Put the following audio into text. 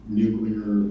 nuclear